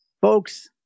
Folks